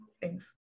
Thanks